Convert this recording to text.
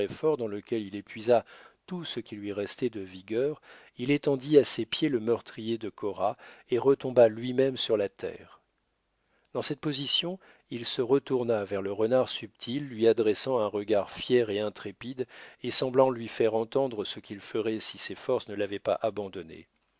dans lequel il épuisa tout ce qui lui restait de vigueur il étendit à ses pieds le meurtrier de cora et retomba lui-même sur la terre dans cette position il se retourna vers le renard subtil lui adressant un regard fier et intrépide et semblant lui faire entendre ce qu'il ferait si ses forces ne l'avaient pas abandonné